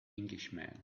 englishman